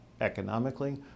economically